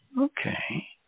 Okay